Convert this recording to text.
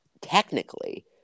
technically